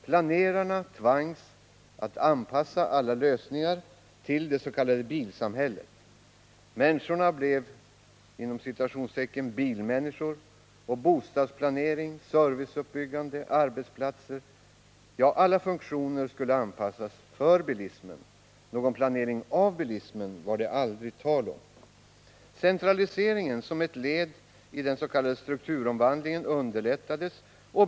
Planerarna tvangs anpassa alla lösningar till det s.k. bilsamhället. Människorna blev ”bilmänniskor”, och bostadsplanering, serviceuppbyggande, arbetsplatser — ja, alla funktioner — skulle anpassas för bilismen. Någon planering av bilismen var det aldrig tal om. Centraliseringen som ett led i den s.k. strukturomvandlingen underlättades.